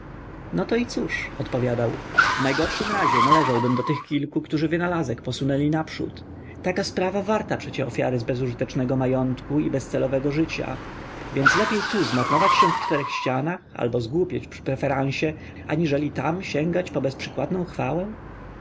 no to i cóż odpowiadał w najgorszym razie należałbym do tych kilku którzy wynalazek posunęli naprzód taka sprawa warta przecie ofiary z bezużytecznego majątku i bezcelowego życia więc lepiej tu zmarnować się w czterech ścianach albo zgłupieć przy preferansie aniżeli tam sięgać po bezprzykładną chwałę